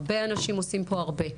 הרבה אנשים עושים פה הרבה.